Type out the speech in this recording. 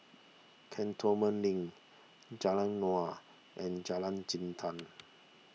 Cantonment Link Jalan Naung and Jalan Jintan